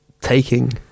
taking